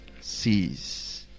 sees